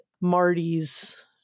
marty's